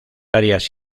áreas